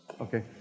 Okay